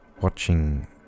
watching